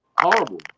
Horrible